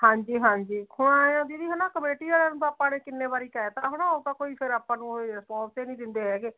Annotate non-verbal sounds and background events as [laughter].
ਹਾਂਜੀ ਹਾਂਜੀ ਹੁਣ ਐਂਉਂ ਆ ਦੀਦੀ ਹੈ ਨਾ ਕਮੇਟੀ ਵਾਲਿਆਂ ਨੂੰ ਆਪਾਂ ਨੇ ਕਿੰਨੇ ਵਾਰੀ ਕਹਿ ਤਾ ਹੈ ਨਾ ਉਹ ਤਾਂ ਕੋਈ ਫਿਰ ਆਪਾਂ ਨੂੰ [unintelligible] ਦਿੰਦੇ ਹੈਗੇ